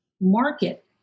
market